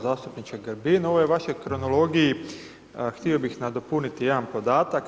Zastupniče Grbin u ovoj vašoj kronologiji htio bih nadopuniti jedan podatak.